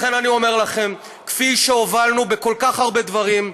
לכן אני אומר לכם, כפי שהובלנו בכל כך הרבה דברים,